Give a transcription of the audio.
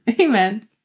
Amen